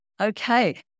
Okay